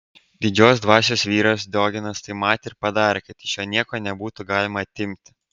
didžios dvasios vyras diogenas tai matė ir padarė kad iš jo nieko nebūtų galima atimti